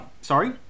Sorry